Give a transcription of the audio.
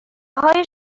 های